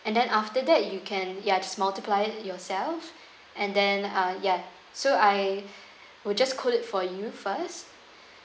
and then after that you can ya just multiply it yourselves and then uh ya so I would just quote it for you first